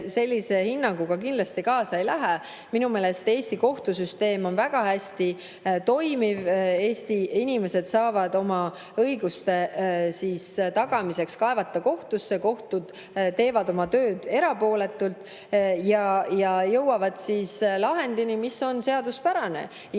sellise hinnanguga kindlasti kaasa ei lähe. Minu meelest on Eesti kohtusüsteem väga hästi toimiv. Eesti inimesed saavad oma õiguste tagamiseks pöörduda kohtusse, kohtud teevad oma tööd erapooletult ja jõuavad lahendini, mis on seaduspärane.